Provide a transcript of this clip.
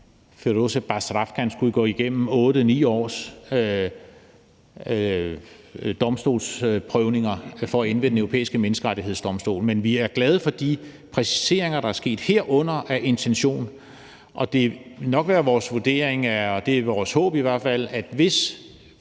Firoozeh Bazrafkan skulle gå igennem 8-9 års domstolsprøvelser for at ende ved Den Europæiske Menneskerettighedsdomstol. Men vi er glade for de præciseringer, der er sket, herunder af intentionen, og det ville nok vores vurdering – det er i hvert fald vores